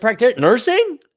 Nursing